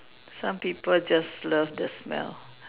some people just love the smell